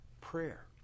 prayer